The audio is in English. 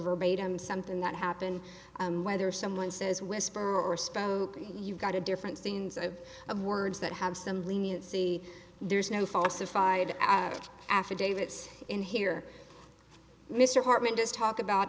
verbatim something that happened whether someone says whisper or spoken you've got a different scenes of of words that have some leniency there's no falsified added affidavits in here mr hartman just talk about